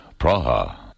Praha